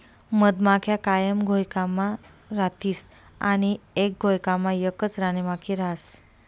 मधमाख्या कायम घोयकामा रातीस आणि एक घोयकामा एकच राणीमाखी रहास